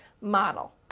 model